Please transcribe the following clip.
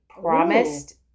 promised